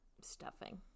stuffing